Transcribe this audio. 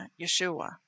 Yeshua